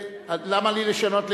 אז למה לי לשנות ליהודי,